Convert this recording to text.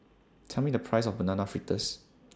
Tell Me The Price of Banana Fritters